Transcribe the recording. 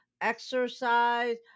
exercise